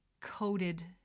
coated